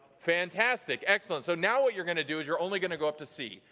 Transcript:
fantastic, excellent. so now what you're gonna do is you're only gonna go up to c.